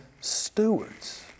stewards